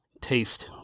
taste